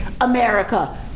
America